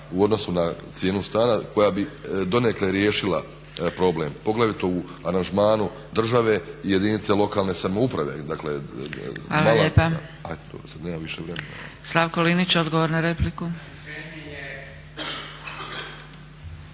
u odnosu na cijenu stana koja bi donekle riješila problem poglavito u aranžmanu države i jedinice lokalne samouprave. **Zgrebec, Dragica (SDP)** Hvala lijepa. Slavko Linić, odgovor na repliku.